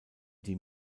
die